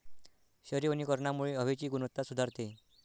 शहरी वनीकरणामुळे हवेची गुणवत्ता सुधारते